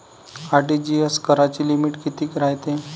RTGS कराची limit कितीक रायते?